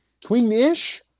Tween-ish